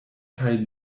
kaj